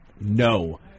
No